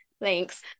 Thanks